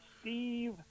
Steve